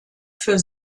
für